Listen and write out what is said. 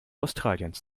australiens